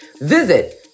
Visit